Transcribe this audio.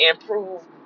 improve